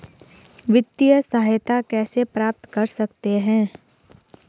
वित्तिय सहायता कैसे प्राप्त कर सकते हैं?